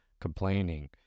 complaining